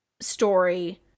story